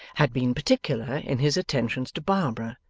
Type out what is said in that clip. had been particular in his attentions to barbara,